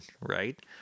right